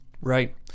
Right